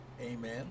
Amen